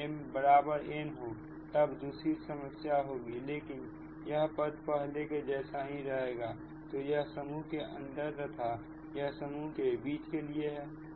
mn हो तब दूसरी समस्या होगी लेकिन यह पद पहले के जैसा ही रहेगा तो यह समूह के अंदर तथा यह समूह के बीच के लिए है